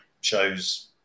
shows